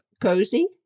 cozy